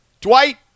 Dwight